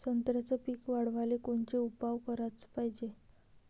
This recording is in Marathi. संत्र्याचं पीक वाढवाले कोनचे उपाव कराच पायजे?